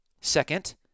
Second